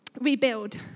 rebuild